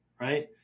right